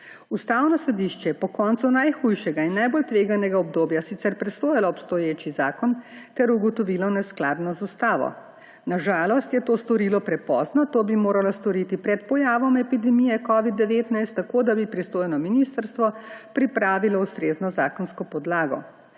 Ustavno sodišče je po koncu najhujšega in najbolj tveganega obdobja sicer presojalo obstoječi zakon ter ugotovilo neskladnost z ustavo. Na žalost je to storilo prepozno. To bi moralo storiti pred pojavom epidemije covida-19, tako da bi pristojno ministrstvo pripravilo ustrezno zakonsko podlago,